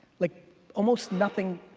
like almost nothing.